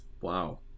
wow